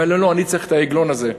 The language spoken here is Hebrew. אומר להם: לא, אני צריך את העגלון הזה.